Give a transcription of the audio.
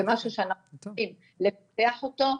זה משהו שאנחנו צריכים לפתח אותו,